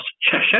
Cheshire